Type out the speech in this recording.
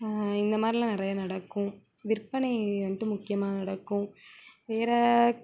இந்த மாதிரிலாம் நிறைய நடக்கும் விற்பனை வந்துட்டு முக்கியமாக நடக்கும் வேறு